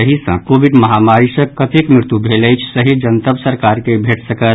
एहि सँ कोविड महामारी सँ कतेक मृत्यु भेल अछि सही जनतब सरकार के भेटि सकत